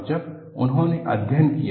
और जब उन्होंने अध्ययन किया